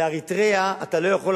שבאריתריאה אתה לא יכול,